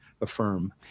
affirm